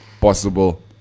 possible